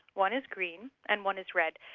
one is green and one is red.